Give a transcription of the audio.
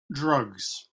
drugs